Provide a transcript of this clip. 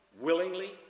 willingly